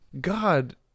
God